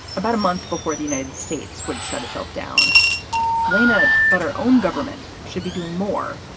about a month before the united states would shut itself down laina. but our own government should be doing more.